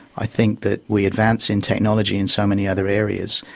i think that we advance in technology in so many other areas.